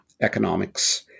economics